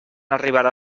arribarà